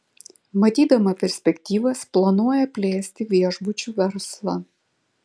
matydama perspektyvas planuoja plėsti viešbučių verslą